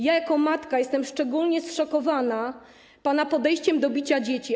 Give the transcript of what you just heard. Jako matka jestem szczególnie zszokowana pana podejściem do bicia dzieci.